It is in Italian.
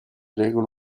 regola